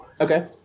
Okay